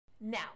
now